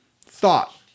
thought